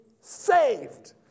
saved